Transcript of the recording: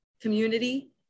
community